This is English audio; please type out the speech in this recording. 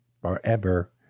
forever